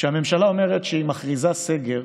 כשהממשלה אומרת שהיא מכריזה סגר,